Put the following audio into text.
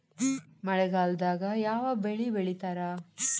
ಮಳೆಗಾಲದಾಗ ಯಾವ ಬೆಳಿ ಬೆಳಿತಾರ?